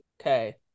Okay